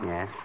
Yes